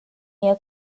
near